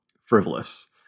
frivolous